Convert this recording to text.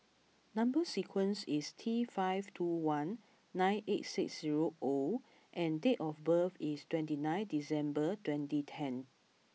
number sequence is T five two one nine eight six zero O and date of birth is twenty nine December twenty ten